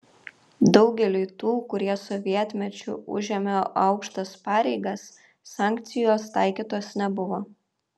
daugeliui tų kurie sovietmečiu užėmė aukštas pareigas sankcijos taikytos nebuvo